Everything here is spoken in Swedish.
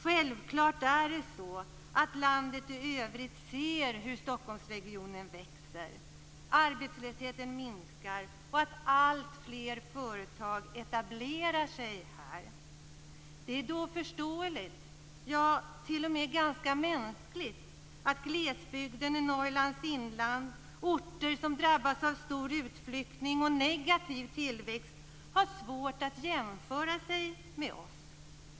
Självklart är det så att landet i övrigt ser hur Stockholmsregionen växer, hur arbetslösheten minskar och hur alltfler företag etablerar sig här. Det är då förståeligt, ja t.o.m. ganska mänskligt, att glesbygden i Norrlands inland, orter som drabbas av stor utflyttning och negativ tillväxt har svårt att jämföra sig med oss.